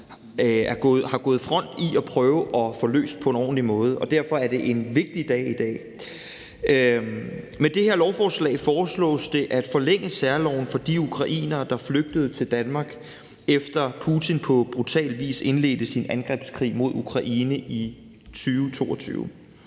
front i forhold til at prøve at få løst på en ordentlig måde, og derfor er det en vigtig dag i dag. Med det her lovforslag foreslås det at forlænge særloven for de ukrainere, der flygtede til Danmark, efter Putin på brutal vis indledte sin angrebskrig mod Ukraine i 2022.